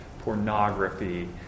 Pornography